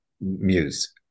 muse